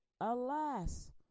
alas